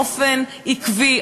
באופן עקבי,